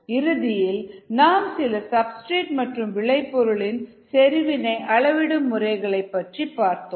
இறுதியில் நாம் சில சப்ஸ்டிரேட் மற்றும் விளை பொருள்களின் செறிவினை அளவிடும் முறைகளைப் பற்றி பார்த்தோம்